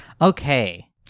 Okay